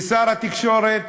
ושר התקשורת